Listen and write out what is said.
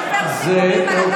זה מפריע.